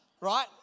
Right